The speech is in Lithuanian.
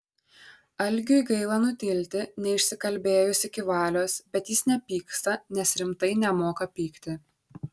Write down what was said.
algiui gaila nutilti neišsikalbėjus iki valios bet jis nepyksta nes rimtai nemoka pykti